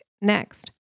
next